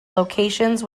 locations